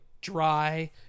dry